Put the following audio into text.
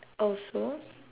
also